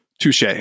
Touche